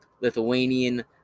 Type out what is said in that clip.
Lithuanian